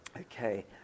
Okay